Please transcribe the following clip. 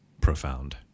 profound